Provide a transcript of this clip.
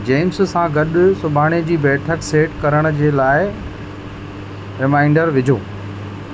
James सां गॾु सुभाणे जी बैठक सेट करण जे लाइ रिमाइंडर विझो